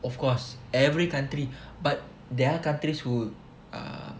of course every country but there are countries who ah